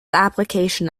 application